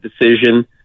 decision